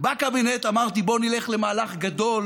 בקבינט אמרתי: בואו נלך למהלך גדול